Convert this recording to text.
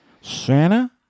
Santa